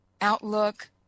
outlook